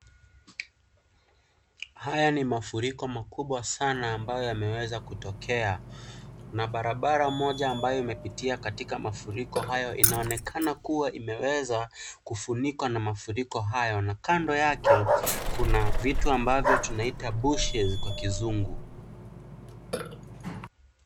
Haya ni mafuriko makubwa sana ambayo yameweza kutokea na barabara moja ambayo imepitia katika mafuriko hayo inaonekana kuwa imeweza kufunikwa na mafuriko hayo na kando yake kuna vitu ambavyo tunaita bushes kwa kizungu.